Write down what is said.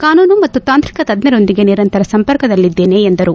ಕಾನೂನು ಮತ್ತು ತಾಂತ್ರಿಕ ತಜ್ಞರೊಂದಿಗೆ ನಿರಂತರ ಸಂಪರ್ಕದಲ್ಲಿದ್ದೇನೆ ಎಂದರು